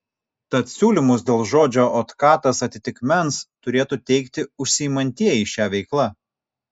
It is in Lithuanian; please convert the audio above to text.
tad siūlymus dėl žodžio otkatas atitikmens turėtų teikti užsiimantieji šia veikla